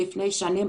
לפני שנים,